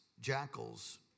jackals